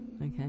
Okay